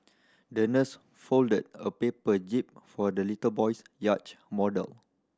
the nurse folded a paper jib for the little boy's yacht model